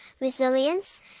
resilience